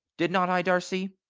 did not i, darcy?